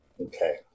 Okay